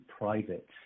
private